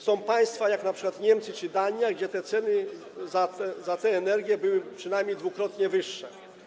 Są państwa, jak np. Niemcy czy Dania, gdzie ceny za tę energię były przynajmniej dwukrotnie wyższe.